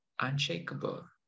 unshakable